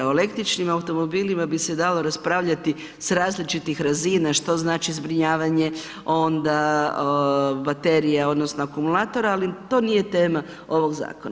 O električnim automobilima bi se dalo raspravljati s različitih razina, što znači zbrinjavanje, onda baterija, odnosno akumulatora, ali to nije tema ovog zakona.